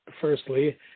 firstly